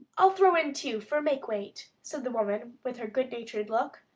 i'll throw in two for make-weight, said the woman, with her good-natured look.